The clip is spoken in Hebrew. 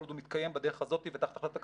כל עוד הוא מתקיים בדרך הזאת ותחת החלטת הקבינט,